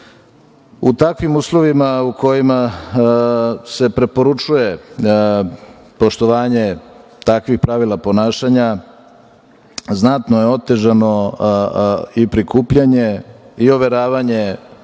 takvim uslovima u kojima se preporučuje poštovanje takvih pravila ponašanja znatno je otežano i prikupljanje i overavanje